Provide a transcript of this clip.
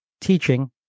teaching